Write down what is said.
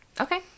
Okay